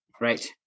right